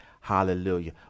Hallelujah